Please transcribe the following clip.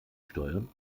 steuern